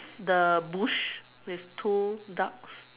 the bush with two ducks